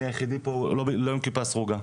אני היחידי פה לא עם כיפה סרוגה,